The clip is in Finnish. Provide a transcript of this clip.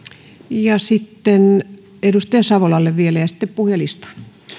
sitten edustaja savolalle vielä ja sitten puhujalistaan